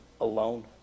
alone